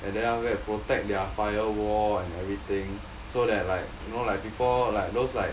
and then after that protect their firewall and everything so that like you know like people like those like